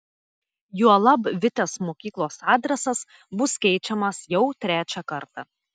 juolab vitės mokyklos adresas bus keičiamas jau trečią kartą